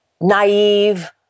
naive –